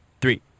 three